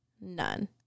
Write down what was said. none